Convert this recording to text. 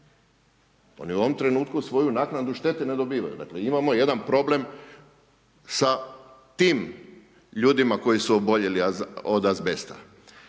oni u ovom trenutku svoju naknadu štete ne dobivaju. Dakle, imamo jedan problem sa tim ljudima koji su oboljeli od azbesta.